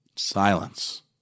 Silence